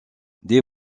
des